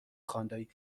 خاندایی